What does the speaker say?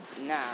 Nah